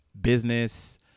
business